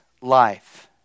life